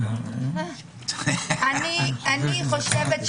אנחנו צריכים גם